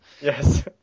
Yes